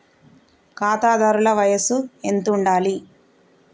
ఖాతాదారుల వయసు ఎంతుండాలి?